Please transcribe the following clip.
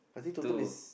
two